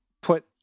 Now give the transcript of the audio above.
put